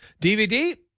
DVD